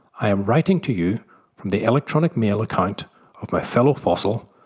i am writing to you from the electronic mail account of my fellow fossil,